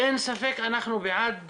אין ספק אנחנו בעד,